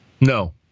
No